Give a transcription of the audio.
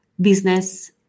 business